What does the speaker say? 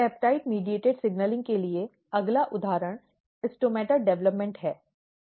peptide मध्यस्थता signalling के लिए अगला उदाहरण स्टोमेटा डिवेलॅप्मॅन्ट है